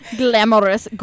glamorous